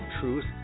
Truth